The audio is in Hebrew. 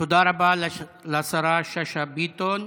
תודה רבה לשרה שאשא ביטון,